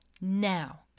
now